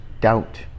doubt